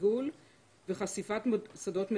ריגול וחשיפת סודות מדינה,